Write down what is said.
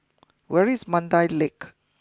where is Mandai Lake